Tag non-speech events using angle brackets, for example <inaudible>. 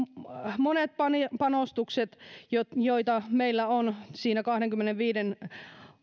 <unintelligible> <unintelligible> monet panostukset joita meillä on siinä <unintelligible> <unintelligible> kahdennenkymmenennenviidennen